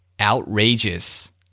Outrageous